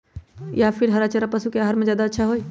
या फिर हरा चारा पशु के आहार में ज्यादा अच्छा होई?